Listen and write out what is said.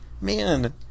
Man